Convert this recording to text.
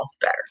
better